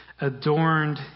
adorned